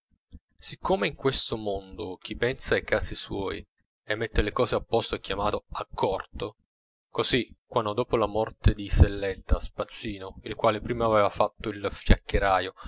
siccome in questo mondo chi pensa ai casi suoi e mette le cose a posto è chiamato accorto così quando dopo la morte di selletta spazzino il quale prima aveva fatto il